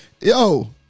yo